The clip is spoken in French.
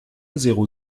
zéro